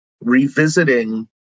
revisiting